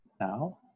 now